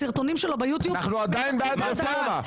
אנחנו עדיין בעד רפורמה.